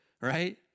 right